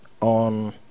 On